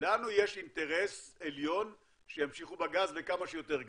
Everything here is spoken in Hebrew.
לנו יש אינטרס עליון שימשיכו בגז וכמה שיותר גז.